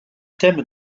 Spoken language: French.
thème